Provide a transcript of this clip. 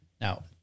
Now